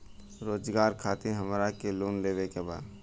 रोजगार खातीर हमरा के लोन लेवे के बा?